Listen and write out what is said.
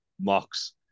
mocks